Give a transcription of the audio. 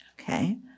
Okay